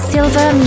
Silver